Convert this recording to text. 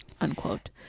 Unquote